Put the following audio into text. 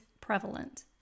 prevalent